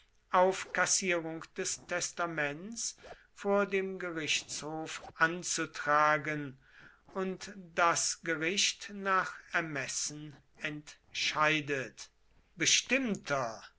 auf kassierung des testaments vor dem gerichtshof anzutragen und das gericht nach ermessen entscheidet bestimmter